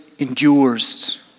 endures